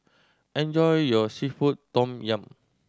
enjoy your seafood tom yum